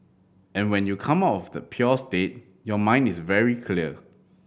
and when you come off the state your mind is very clear